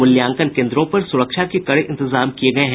मूल्यांकन केन्द्रों पर सुरक्षा के कड़े इंतजाम किये गये हैं